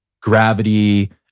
gravity